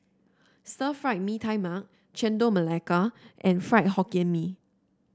Stir Fried Mee Tai Mak Chendol Melaka and Fried Hokkien Mee